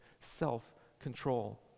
self-control